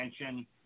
attention